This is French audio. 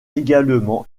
également